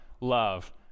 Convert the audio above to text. love